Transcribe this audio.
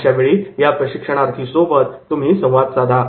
अशा वेळी या प्रशिक्षणार्थी सोबत तुम्ही संवाद साधा